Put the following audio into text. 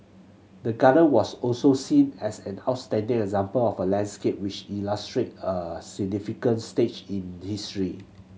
the garden was also seen as an outstanding example of a landscape which illustrate a significant stage in history